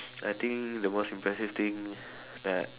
I think the most impressive thing that